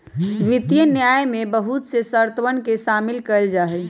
वित्तीय न्याय में बहुत से शर्तवन के शामिल कइल जाहई